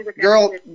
girl